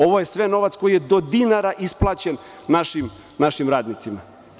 Ovo je sve novac koji je do dinara isplaćen našim radnicima.